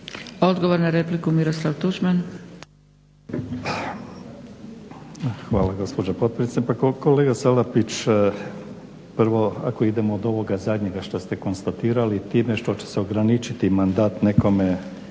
Odgovor na repliku, Miroslav Tuđman.